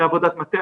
זו עבודת מטה,